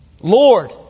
Lord